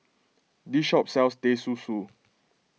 this shop sells Teh Susu